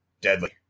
deadly